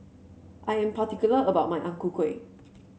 I am particular about my Ang Ku Kueh